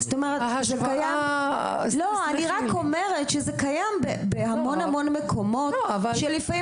אני רק אומרת שזה קיים בהמון מקומות - שלפעמים